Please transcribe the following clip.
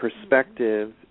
perspective